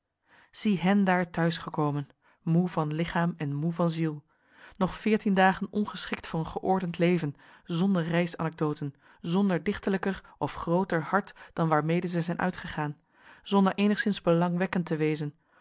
zie hen daar tehuisgekomen moe van lichaam en moe van ziel nog veertien dagen ongeschikt voor een geordend leven zonder reisanecdoten zonder dichterlijker of grooter hart dan waarmede zij zijn uitgegaan zonder eenigszins belangwekkend te wezen